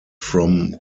from